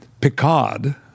Picard